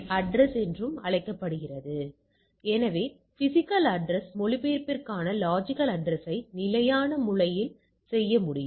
கட்டின்மை கூறுகள் அதிகரிக்கின்றபோது நீங்கள் இங்கிருந்து பார்ப்பதுபோல் கை வர்க்கப் பரவலானது இயல்நிலைப் பரவலை நெருங்குகிறது